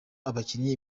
abakinyi